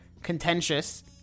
contentious